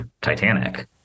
titanic